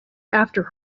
after